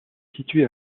situé